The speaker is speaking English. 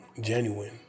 genuine